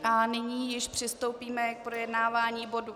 A nyní již přistoupíme k projednávání bodu...